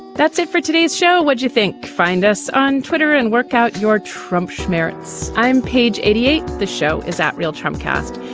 that's it for today's show. what do you think? find us on twitter and work out your trump schmidts. i'm page eighty eight. the show is that real trump cast.